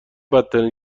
بدترین